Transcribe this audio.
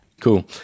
Cool